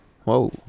whoa